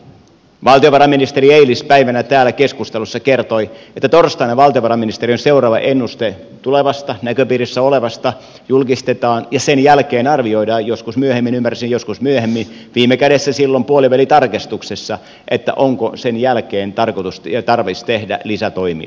valtiovarainministeri eilispäivänä täällä keskustelussa kertoi että torstaina valtiovarainministeriön seuraava ennuste tulevasta näköpiirissä olevasta julkistetaan ja sen jälkeen arvioidaan joskus myöhemmin ymmärsin joskus myöhemmin viime kädessä silloin puolivälitarkistuksessa onko sen jälkeen tarkoitus ja tarvis tehdä lisätoimia